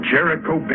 Jericho